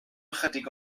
ychydig